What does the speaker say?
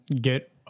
get